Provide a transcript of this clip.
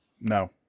No